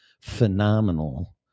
phenomenal